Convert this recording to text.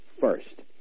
first